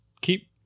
keep